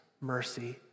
mercy